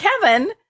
Kevin